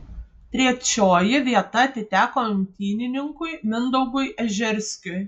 trečioji vieta atiteko imtynininkui mindaugui ežerskiui